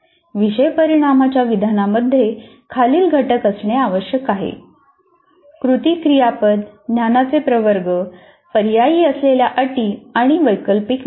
विषय परिणामाच्या विधानामध्ये खालील घटक असणे आवश्यक आहे कृती क्रियापद ज्ञानाचे प्रवर्ग पर्यायी असलेल्या अटी आणि वैकल्पिक निकष